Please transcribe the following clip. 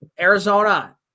Arizona